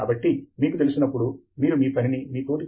కాబట్టి కలపటానికి వీలైనా వాటిని మీరు కలపకూడదు